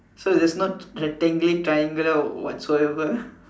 so is not rectangular triangle or what's so ever